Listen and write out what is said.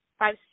five